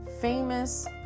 famous